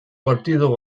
partido